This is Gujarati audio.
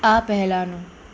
આ પહેલાંનું